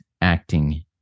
acting